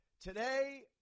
Today